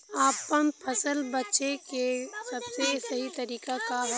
आपन फसल बेचे क सबसे सही तरीका का ह?